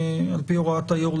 על פי הוראת היושב-ראש,